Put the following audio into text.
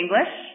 English